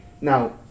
Now